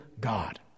God